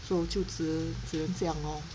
so 就只只能这样 orh